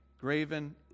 graven